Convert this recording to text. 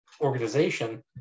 organization